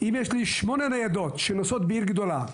אם יש לי שמונה ניידות שנוסעות בעיר גדולה,